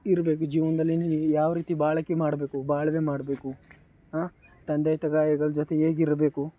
ಇರಬೇಕು ಜೀವನದಲ್ಲಿ ನೀನು ಯಾವ ರೀತಿ ಬಾಳ್ಕೆ ಮಾಡಬೇಕು ಬಾಳ್ವೆ ಮಾಡಬೇಕು ಹಾಂ ತಂದೆ ತಾಯಿಗಳ ಜೊತೆ ಹೇಗೆ ಇರಬೇಕು